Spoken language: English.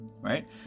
Right